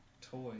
Toys